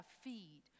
feed